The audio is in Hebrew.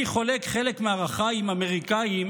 אני חולק חלק מערכיי עם אמריקאים